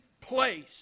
place